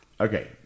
Okay